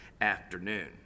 afternoon